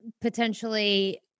potentially